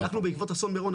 אנחנו בעקבות אסון מירון,